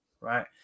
right